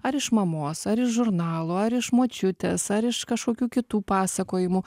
ar iš mamos ar iš žurnalo ar iš močiutės ar iš kažkokių kitų pasakojimų